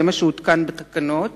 זה מה שהותקן בתקנות,